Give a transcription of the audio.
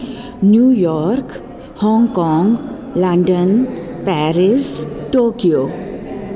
New York Hong Kong London Paris Tokyo